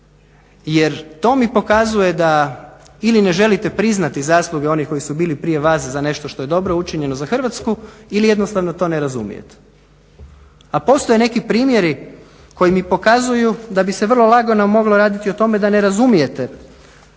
jer to mi pokazuje da ili ne želite priznati zasluge onih koji su bili prije vas za nešto što je dobro učinjeno za Hrvatsku ili jednostavno to ne razumijete. A postoje neki primjeri koji mi pokazuju da bi se vrlo lagano moglo raditi o tome da ne razumijete